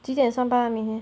几点上班明天